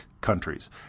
countries